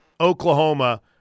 Oklahoma